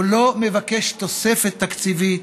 הוא לא מבקש תוספת תקציבית.